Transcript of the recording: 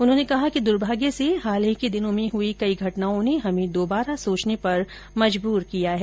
उन्होंने कहा दुर्भाग्य से हाल के दिनों में हुई कई घटनाओं ने हमें दुबारा सोचने पर मजबूर किया है